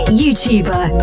YouTuber